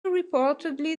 reportedly